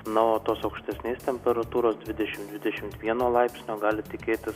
na o tos aukštesnės temperatūros dvidešimt dvidešimt vieno laipsnio gali tikėtis